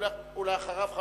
ואחריה,